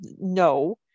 no